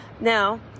Now